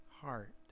heart